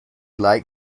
like